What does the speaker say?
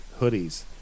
hoodies